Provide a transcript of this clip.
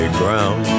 ground